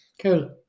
Cool